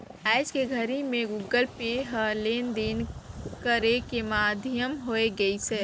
आयज के घरी मे गुगल पे ह लेन देन करे के माधियम होय गइसे